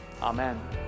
amen